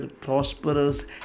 prosperous